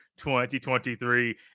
2023